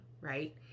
right